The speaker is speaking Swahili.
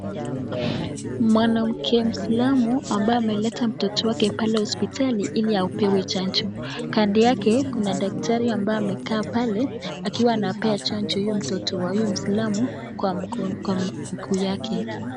Mwanamke mwisilamu ambaye ameleta mtoto wake pale hospitali ili apewe chanjo. Kando yake kuna daktari ambaye amekaa pale akiwa anapea chanjo huyu mtoto kwa mguu wake.